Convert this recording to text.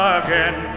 again